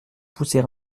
pousser